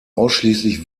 ausschließlich